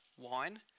wine